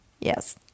yes